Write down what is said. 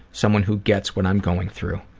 someone who gets what i'm going through